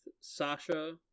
Sasha